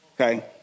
okay